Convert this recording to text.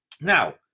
Now